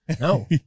No